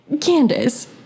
Candace